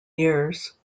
years